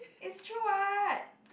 is true [what]